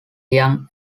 young